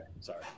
Sorry